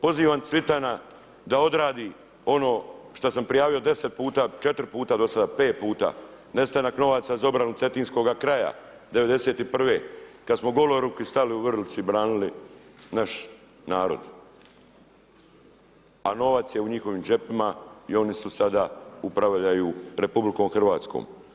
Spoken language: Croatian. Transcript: Pozivam Cvitana da odradi ono što sam prijavio 10 puta, 4 puta do sada, 5 puta, nestanak novaca za obranu Cetinskoga kraja, '91., kada smo goloruki stali u Vrlici branili naš narod a novac je u njihovim džepovima i oni su sada, upravljaju RH.